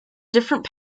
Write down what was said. different